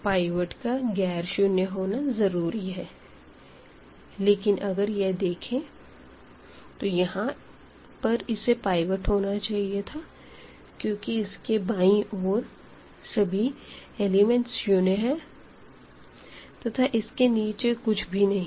pivot का गैर शुरू होना जरूरी है लेकिन अगर यह देखें तो यहां पर इसे पाइवट होना चाहिए था क्योंकि इसके बाईं ओर के सभी एलिमेंट्स शुन्य है तथा इसके नीचे कुछ भी नहीं है